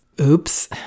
oops